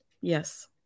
yes